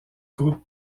groupe